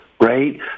right